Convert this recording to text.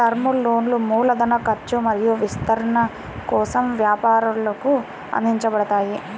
term లోన్లు మూలధన ఖర్చు మరియు విస్తరణ కోసం వ్యాపారాలకు అందించబడతాయి